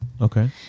Okay